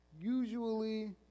usually